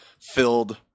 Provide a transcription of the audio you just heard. filled